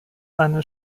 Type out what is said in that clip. eine